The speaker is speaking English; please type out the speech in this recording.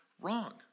Wrong